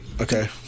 Okay